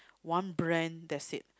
one brand that's it